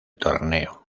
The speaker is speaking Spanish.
torneo